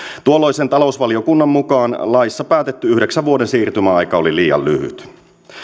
tuolloisen talousvaliokunnan mukaan laissa päätetty yhdeksän vuoden siirtymäaika oli liian lyhyt